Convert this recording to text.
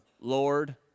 Lord